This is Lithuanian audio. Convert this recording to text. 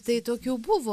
tai tokių buvo